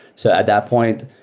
so at that point,